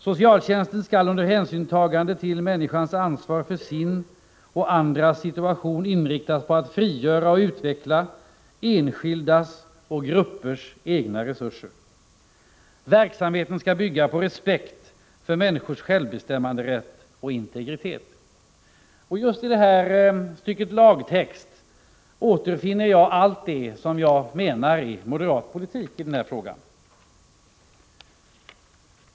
Socialtjänsten skall under hänsynstagande till människans ansvar för sin och andras sociala situation inriktas på att frigöra och utveckla enskildas och gruppers egna resurser. Verksamheten skall bygga på respekt för människornas självbestämmanderätt och integritet.” Just i det här stycket lagtext återfinner jag allt det som jag menar är moderat politik i den här frågan.